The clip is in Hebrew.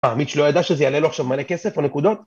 אה, מיץ' לא ידע שזה יעלה לו עכשיו מלא כסף או נקודות?